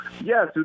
yes